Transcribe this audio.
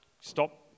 stop